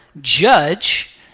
judge